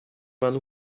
man